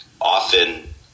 often